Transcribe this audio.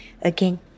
again